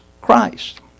Christ